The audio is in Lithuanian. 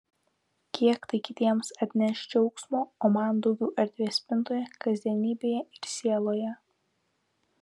kiek tai kitiems atneš džiaugsmo o man daugiau erdvės spintoje kasdienybėje ir sieloje